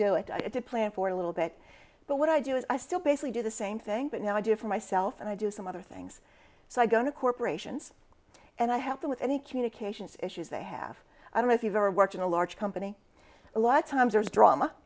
had to plan for a little bit but what i do is i still basically do the same thing but now i do it for myself and i do some other things so i go to corporations and i help them with any communications issues they have i don't know if you've ever worked in a large company a lot of times there's drama